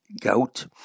gout